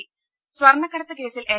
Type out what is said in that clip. രമ സ്വർണ്ണക്കടത്ത് കേസിൽ എൻ